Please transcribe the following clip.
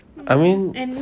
I mean